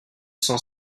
cent